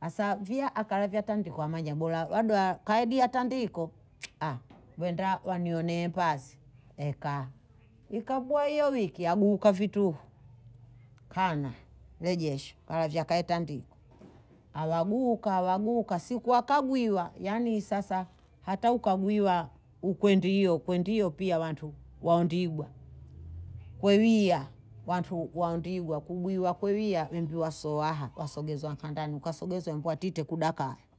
asa via akalavya tandiko amanya ola kala kaidia tandiko wenda nkwa wanionee mpasi ekaa ikabwia wiki aguuka vituhu kana rejesho mara vyakaendandi awaguuka awaguuka siku wakagwiwa yani sasa hata ukagwiwa ukwendio ukwendiyo pia wantu waondigwa kwebhia wantu waondigwa kuguiwa kwendia wembia soaha wasogeza nka ndani kwasogeza kwa tite kudakaha.